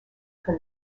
que